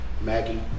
Maggie